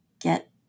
get